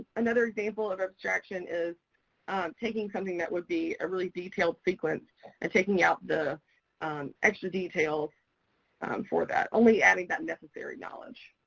another example of abstraction is taking something that would be a really detailed sequence and taking out the extra details for that, only adding that necessary knowledge.